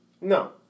No